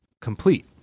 complete